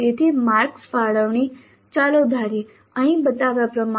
તેથી માર્ક્સ ફાળવણી ચાલો ધારીએ અહીં બતાવ્યા પ્રમાણે